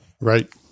Right